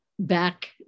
back